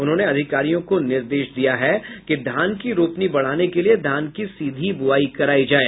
उन्होंने अधिकारियों को निर्देश दिया है कि धान की रोपनी बढ़ाने के लिए धान की सीधी बुआई करायें